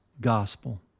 gospel